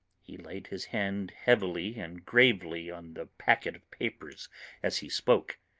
he laid his hand heavily and gravely on the packet of papers as he spoke,